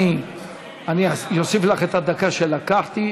אני אוסיף לך את הדקה שלקחתי.